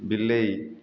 ବିଲେଇ